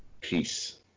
Peace